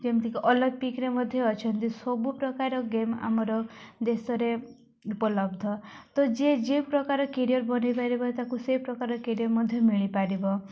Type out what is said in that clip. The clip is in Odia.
ଯେମିତିକି ଅଲମ୍ପିକରେ ମଧ୍ୟ ଅଛନ୍ତି ସବୁପ୍ରକାର ଗେମ୍ ଆମର ଦେଶରେ ଉପଲବ୍ଧ ତ ଯିଏ ଯେଉଁ ପ୍ରକାର କ୍ୟାରିଅର୍ ବନାଇପାରିବ ତାକୁ ସେ ପ୍ରକାରର କ୍ୟାରିଅର୍ ମଧ୍ୟ ମିଳିପାରିବ